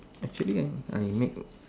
actually I I make